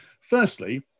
firstly